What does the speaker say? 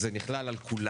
אז זה נכלל על כולם.